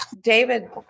David